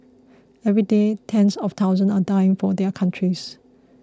every day tens of thousands are dying for their countries